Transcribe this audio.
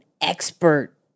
expert